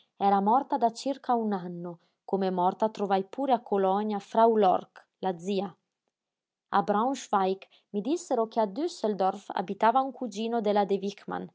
era morta da circa un anno come morta trovai pure a colonia frau lork la zia a braunschweig mi dissero che a dsseldorf abitava un cugino della